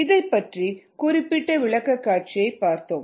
இதைப்பற்றிய குறிப்பிட்ட விளக்கக்காட்சியை பார்ப்போம்